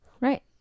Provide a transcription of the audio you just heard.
Right